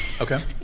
okay